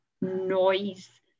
noise